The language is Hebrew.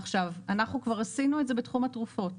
כבר עשינו את זה בתחום התרופות.